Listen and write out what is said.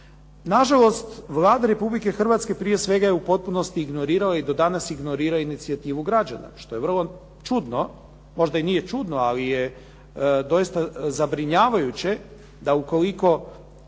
Na žalost Vlada Republike Hrvatske prije svega je u potpunosti ignorirala i do danas ignorira inicijativu građana što je vrlo čudno. Možda i nije čudno ali je doista zabrinjavajuće da ukoliko